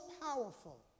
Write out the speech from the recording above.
powerful